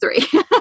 three